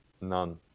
none